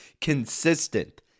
consistent